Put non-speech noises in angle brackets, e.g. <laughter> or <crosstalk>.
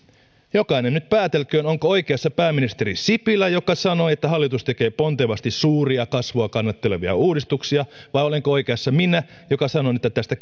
jokainen nyt päätelköön onko oikeassa pääministeri sipilä joka sanoi että hallitus tekee pontevasti suuria kasvua kannattelevia uudistuksia vai olenko oikeassa minä joka sanon että tästä <unintelligible>